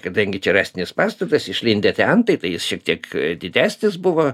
kadangi čia rąstinis pastatas išlindę tie andai tai jis šiek tiek didesnis buvo